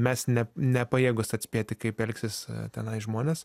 mes ne nepajėgūs atspėti kaip elgsis tenai žmonės